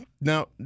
now